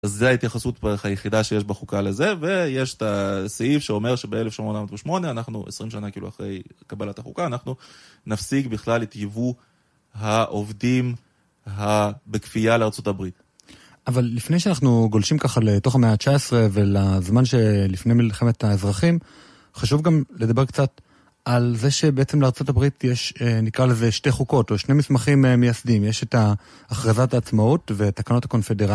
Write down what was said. אז זה ההתייחסות היחידה שיש בחוקה לזה, ויש את הסעיף שאומר שב-1808, אנחנו עשרים שנה אחרי קבלת החוקה, אנחנו נפסיק בכלל את ייבוא העובדים בכפייה לארצות הברית. אבל לפני שאנחנו גולשים ככה לתוך המאה ה-19 ולזמן שלפני מלחמת האזרחים, חשוב גם לדבר קצת על זה שבעצם לארצות הברית יש, נקרא לזה שתי חוקות, או שני מסמכים מייסדיים. יש את הכרזת העצמאות ותקנות הקונפדרציה.